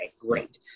great